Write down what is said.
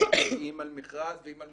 יושבת נניח ועדת מכרזים ומגיע אליה